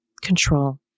control